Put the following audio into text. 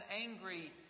angry